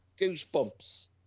Goosebumps